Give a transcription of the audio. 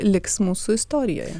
liks mūsų istorijoje